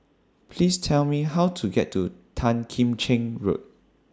Please Tell Me How to get to Tan Kim Cheng Road